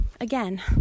again